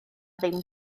ddim